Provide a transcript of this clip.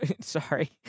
sorry